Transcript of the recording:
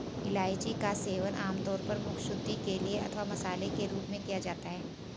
इलायची का सेवन आमतौर पर मुखशुद्धि के लिए अथवा मसाले के रूप में किया जाता है